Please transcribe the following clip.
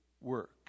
work